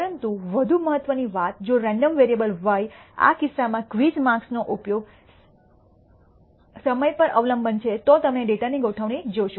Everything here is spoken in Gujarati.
પરંતુ વધુ મહત્ત્વની વાત જો રેન્ડમ વેરિયેબલ વાય આ કિસ્સામાં ક્વિઝ માર્ક્સનો અભ્યાસના સમય પર અવલંબન છે તો તમે ડેટાની ગોઠવણી જોશો